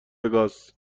وگاس